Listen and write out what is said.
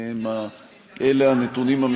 זה לא הנתונים שאני מכירה,